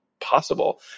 possible